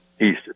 East